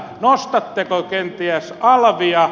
nostatteko kenties alvia